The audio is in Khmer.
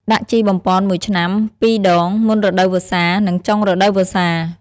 ដាក់ជីបំប៉ន ១ឆ្នាំ ២ដង មុនរដូវវស្សា និងចុងរដូវវស្សា។